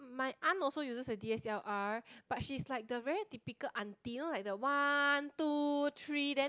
my aunt also uses a D_S_L_R but she's like the very typical aunty you know like the one two three then